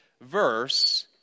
verse